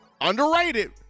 Underrated